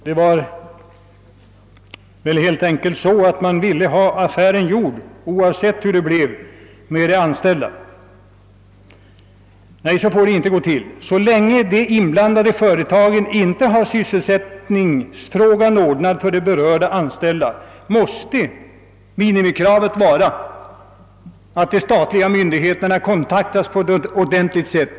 Det var väl helt enkelt så, att man ville ha affären gjord, oavsett hur det blev med de anställda. Så får det inte gå till. Så länge de inblandade företagen inte har sysselsättningsfrågan ordnad för de berörda anställda, måste minimikravet vara att de statliga myndigheterna kontaktas på ett ordentligt sätt.